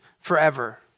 forever